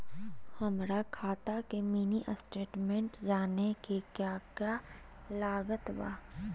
हमरा खाता के मिनी स्टेटमेंट जानने के क्या क्या लागत बा?